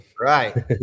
Right